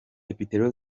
depite